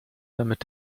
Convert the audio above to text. damit